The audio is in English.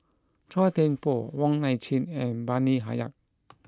Chua Thian Poh Wong Nai Chin and Bani Haykal